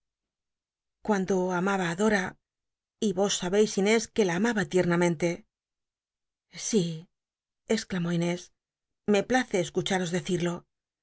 cuando amaba á dora y yos saheis inés que la amaba tiernamente sí exclamó inés me place escucharos